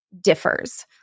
differs